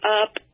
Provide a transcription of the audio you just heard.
up